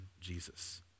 Jesus